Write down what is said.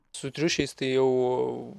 su triušiais tai jau